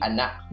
Anak